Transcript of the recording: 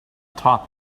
top